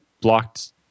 blocked